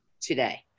today